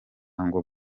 ngo